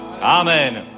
amen